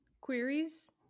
queries